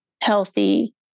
healthy